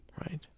right